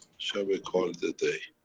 shall we call it a day?